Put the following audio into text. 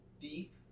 deep